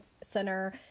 center